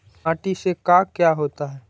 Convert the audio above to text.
माटी से का क्या होता है?